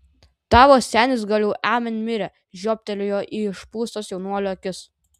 tavo senis gal jau amen mirė žiobtelėjo į išpūstas jaunuolio akis